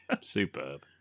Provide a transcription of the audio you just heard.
Superb